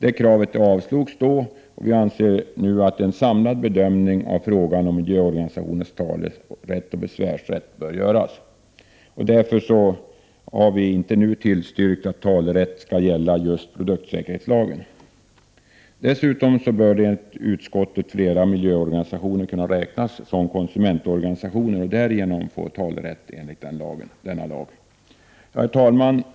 Detta krav avslogs då, och vi anser nu att en samlad bedömning av frågan om miljöorganisationers talerätt och besvärsrätt bör göras. Därför har vi inte tillstyrkt att talerätt skall gälla just produktsäkerhetslagen. Dessutom bör enligt utskottet flera miljöorganisationer kunna räknas som konsumentorganisationer och därigenom få talerätt enligt denna lag. Herr talman!